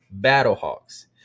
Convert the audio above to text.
Battlehawks